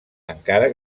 encara